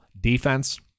defense